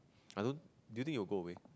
I don't do you think you'll go away